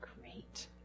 Great